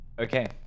Okay